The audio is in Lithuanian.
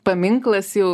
paminklas jau